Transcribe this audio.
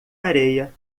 areia